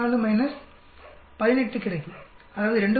4 18 கிடைக்கும் அதாவது 2